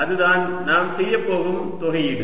அதுதான் நாம் செய்யப் போகும் தொகையீடு